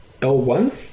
L1